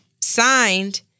Signed